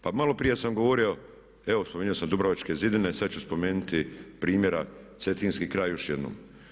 Pa maloprije sam govorio, evo spominjao sam dubrovačke zidine, sad ću spomenuti primjer cetinskog kraja još jednom.